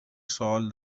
سوال